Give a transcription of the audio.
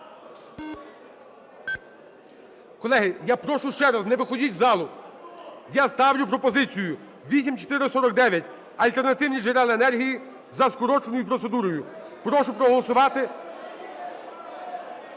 Колеги, я прошу ще раз не виходіть із залу. Я ставлю пропозицію 8449 – альтернативні джерела енергії за скороченою процедурою. Прошу проголосувати.